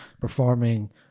performing